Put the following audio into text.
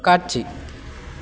காட்சி